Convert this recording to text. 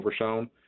Overshown